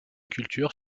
cultures